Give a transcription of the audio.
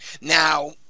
Now